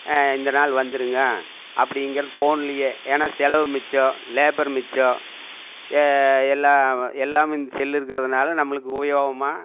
இந்த நாள் வந்திருங்க அப்படிங்கறத ஃபோன்லேயே ஏன்னால் செலவு மிச்சம் லேபர் மிச்சம் எல்லாம் எல்லாம் இந்த செல் இருக்கிறதுனால நம்மளுக்கு உபயோகமாக